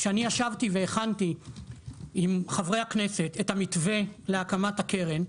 כשאני ישבתי והכנתי עם חברי הכנסת את המתווה להקמת הקרן,